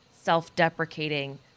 self-deprecating